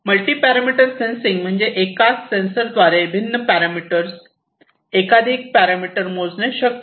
multi parameter sensing म्हणजे एकाच सेन्सरद्वारे भिन्न पॅरामीटर्स एकाधिक पॅरामीटर्स मोजणे शक्य आहे